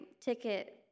ticket